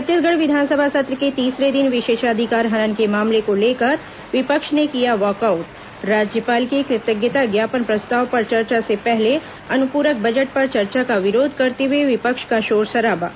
छत्तीसगढ विधानसभा सत्र के तीसरे दिन विशेषाधिकार हनन के मामले को लेकर विपक्ष ने किया वॉकआउट राज्यपाल के कृतज्ञता ज्ञापन प्रस्ताव पर चर्चा से पहले अनुपूरक बजट पर चर्चा का विरोध करते हुए विपक्ष का शोर शराबा